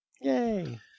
Yay